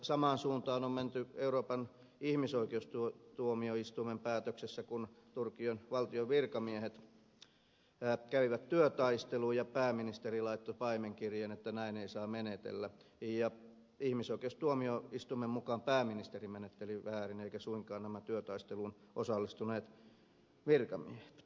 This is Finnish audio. samaan suuntaan on menty euroopan ihmisoikeustuomioistuimen päätöksessä kun turkin valtion virkamiehet kävivät työtaistelua ja pääministeri laittoi paimenkirjeen että näin ei saa menetellä ja ihmisoikeustuomioistuimen mukaan pääministeri menetteli väärin eivätkä suinkaan nämä työtaisteluun osallistuneet virkamiehet